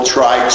try